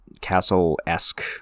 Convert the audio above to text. castle-esque